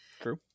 True